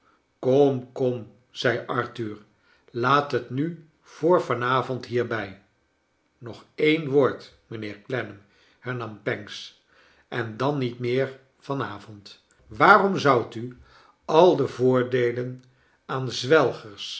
kom kom zei arthur laat het nu voor van avond hierbij nog een woord mijnheer clennam hernam pancks en dan niet meer van avond waarom zoudt u al de voordeelen aan zwelgers